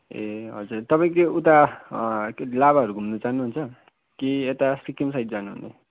ए हजुर तपाईँ के उता के लाभाहरू घुम्न चाहनुहुन्छ कि यता सिक्किम साइड जानुहुने